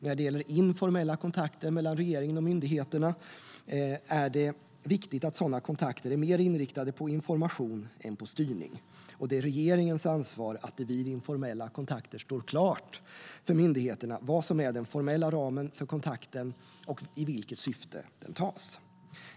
När det gäller informella kontakter mellan regeringen och myndigheter är det viktigt att sådana kontakter är mer inriktade på information än på styrning. Det är regeringens ansvar att det vid informella kontakter står klart för myndigheterna vad som är den formella ramen för kontakten och i vilket syfte den tas.